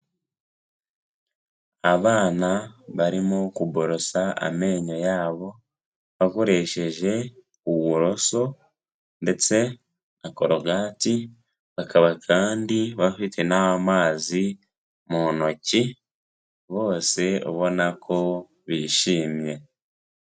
Abana barimo kuborosa amenyo yabo, bakoresheje uburoso ndetse na korogati, bakaba kandi bafite n'amazi mu ntoki, bose ubona ko bishimye.